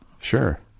Sure